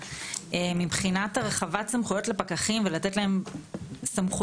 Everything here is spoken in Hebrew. מבחינת הרחבת סמכויות לפקחים ונתינת סמכויות